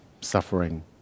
suffering